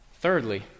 Thirdly